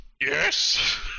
Yes